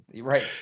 right